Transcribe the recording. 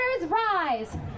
rise